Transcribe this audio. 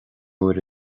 uair